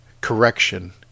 Correction